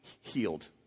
healed